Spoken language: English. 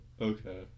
Okay